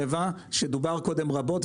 דובר קודם רבות,